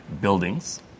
buildings